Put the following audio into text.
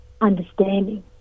understanding